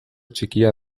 txikia